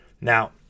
Now